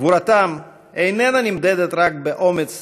גבורתם איננה נמדדת רק באומץ